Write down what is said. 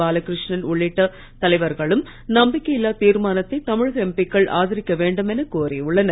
பாலகிருஷ்ணன் உள்ளிட்ட தலைவர்களும் நம்பிக்கை இல்லாத் தீர்மானத்தை தமிழக எம்பிக்கள் ஆதரிக்க வேண்டும் என கோரியுள்ளனர்